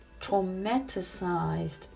traumatized